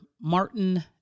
Martin